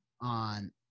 on